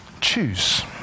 choose